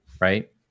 right